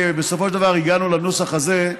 בסופו של דבר הגענו לנוסח הזה,